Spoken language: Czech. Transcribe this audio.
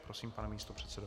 Prosím, pane místopředsedo.